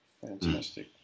Fantastic